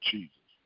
Jesus